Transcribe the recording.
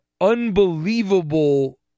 unbelievable